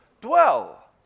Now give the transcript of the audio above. Dwell